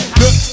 look